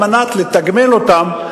כדי לתגמל אותן,